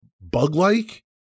bug-like